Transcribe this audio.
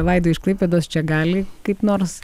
vaidai iš klaipėdos čia gali kaip nors